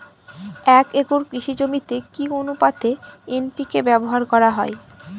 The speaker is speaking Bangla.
এক একর কৃষি জমিতে কি আনুপাতে এন.পি.কে ব্যবহার করা হয়?